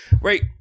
right